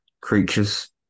creatures